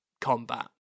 combat